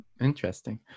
Interesting